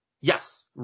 Yes